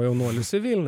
jaunuolis į vilnių